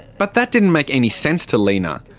but that didn't make any sense to lina.